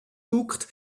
guckt